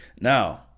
Now